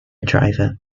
driver